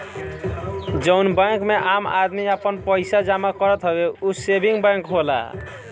जउन बैंक मे आम आदमी आपन पइसा जमा करत हवे ऊ सेविंग बैंक होला